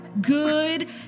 good